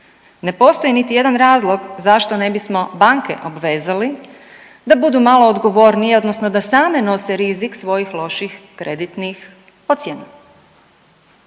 Ne postoji niti jedan razlog zašto ne bismo banke obvezali da budu malo odgovornije odnosno da same nose rizik svojih loših kreditnih ocjena.